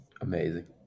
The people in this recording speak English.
Amazing